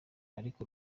ariko